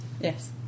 Yes